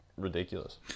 Ridiculous